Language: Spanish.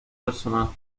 personal